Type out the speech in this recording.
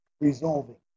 resolving